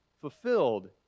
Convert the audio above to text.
fulfilled